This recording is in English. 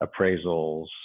appraisals